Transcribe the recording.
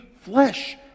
flesh